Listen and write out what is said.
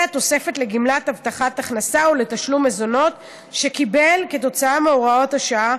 התוספת לגמלת הבטחת הכנסה או לתשלום מזונות שקיבל כתוצאה מהוראת השעה,